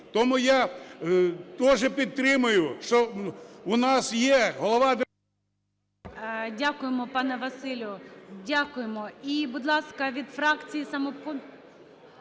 Тому я теж підтримую, що у нас є голова…